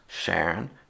Sharon